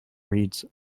reads